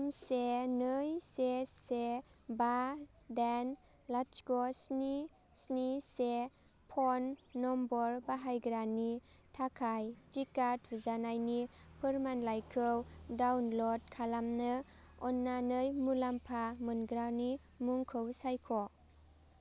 दाइन से नै से से बा दाइन लाथिख' स्नि स्नि से फ'न नम्बर बाहायग्रानि थाखाय टिका थुजानायनि फोरमानलाइखौ डाउनल'ड खालामनो अन्नानै मुलामफा मोनग्रानि मुंखौ सायख'